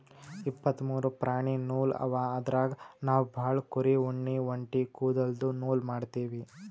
ಇಪ್ಪತ್ತ್ ಮೂರು ಪ್ರಾಣಿ ನೂಲ್ ಅವ ಅದ್ರಾಗ್ ನಾವ್ ಭಾಳ್ ಕುರಿ ಉಣ್ಣಿ ಒಂಟಿ ಕುದಲ್ದು ನೂಲ್ ಮಾಡ್ತೀವಿ